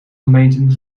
gemeenten